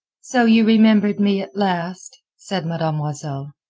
so you remembered me at last, said mademoiselle.